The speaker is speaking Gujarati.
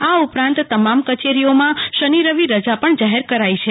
આ ઉપરાંત તમામ કચેરીઓમાં શનિ રવિ રજા પણ જાહેર કરાઈ છે